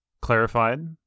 clarified